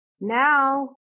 now